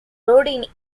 road